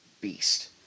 beast